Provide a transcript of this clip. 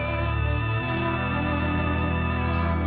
and